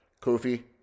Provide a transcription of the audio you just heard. Kofi